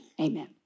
Amen